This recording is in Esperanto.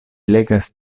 legas